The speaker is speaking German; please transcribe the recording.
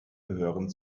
gehören